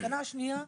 המסקנה השנייה,